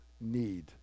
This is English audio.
need